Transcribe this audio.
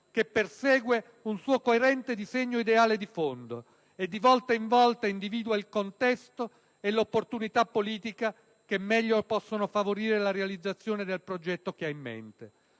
che persegue un suo coerente disegno ideale di fondo e, di volta in volta, individua il contesto e l'opportunità politica che meglio possano favorire la realizzazione del progetto che ha in mente: